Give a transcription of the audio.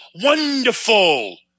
Wonderful